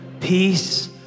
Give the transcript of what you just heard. Peace